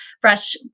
fresh